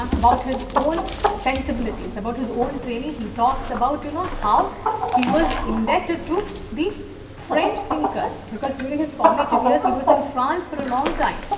ah about his own sensibility, about his own training he talks about you know how he was inducted to the french thinkers, because during his formative years, he was in france for a long time.